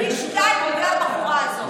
משלמים פי שניים בגלל הבחורה הזאת.